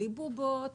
בלי בובות,